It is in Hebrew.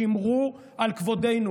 שמרו על כבודנו.